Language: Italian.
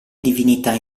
divinità